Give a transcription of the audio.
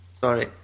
Sorry